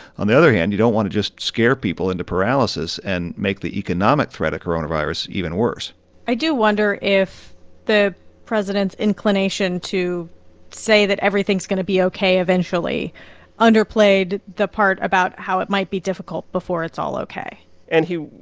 on the other hand, you don't want to just scare people into paralysis and make the economic threat of coronavirus even worse i do wonder if the president's inclination to say that everything's going to be ok eventually underplayed the part about how it might be difficult before it's all ok and he,